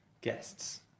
guests